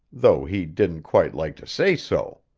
though he didn't quite like to say so.